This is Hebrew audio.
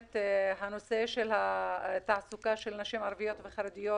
הנושא של תעסוקת נשים ערביות וחרדיות